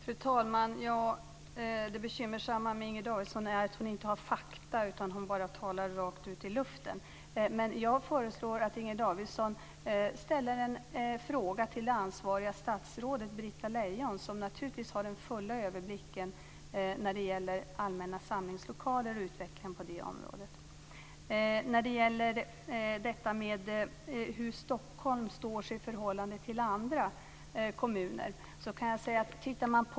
Fru talman! Det bekymmersamma med Inger Davidson är att hon inte har fakta utan bara talar rakt ut i luften. Jag föreslår att Inger Davidson ställer en fråga till det ansvariga statsrådet Britta Lejon, som naturligtvis har den fulla överblicken över allmänna samlingslokaler och utvecklingen på det området. Frågan ställdes om hur Stockholm står sig i förhållande till andra kommuner.